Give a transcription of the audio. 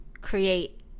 create